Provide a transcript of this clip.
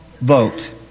vote